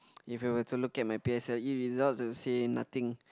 if you were to look at my p_s_l_e result you'll say nothing